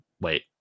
Wait